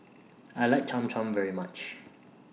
I like Cham Cham very much